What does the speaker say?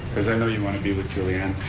cause i know you want to be with julianne.